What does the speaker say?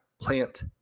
plant